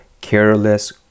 careless